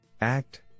Act